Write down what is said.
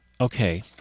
Okay